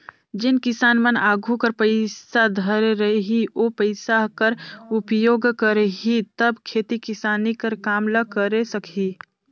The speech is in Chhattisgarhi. जेन किसान मन आघु कर पइसा धरे रही ओ पइसा कर उपयोग करही तब खेती किसानी कर काम ल करे सकही